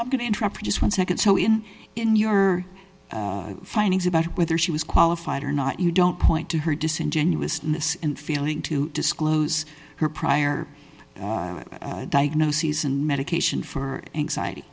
for just one second so in in your findings about whether she was qualified or not you don't point to her disingenuousness and feeling to disclose her prior diagnoses and medication for anxiety